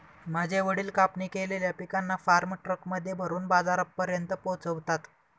माझे वडील कापणी केलेल्या पिकांना फार्म ट्रक मध्ये भरून बाजारापर्यंत पोहोचवता